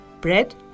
bread